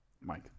Mike